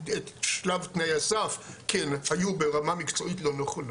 שלב תנאי הסף, כי הן היו ברמה מקצועית לא נכונה,